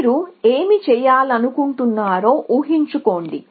మీరు ఏమి చేయాలనుకుంటున్నారో ఊహించుకోండి